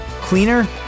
cleaner